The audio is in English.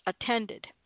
attended